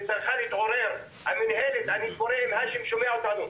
המינהלת צריכה להתעורר, אם האשם שומע אותנו,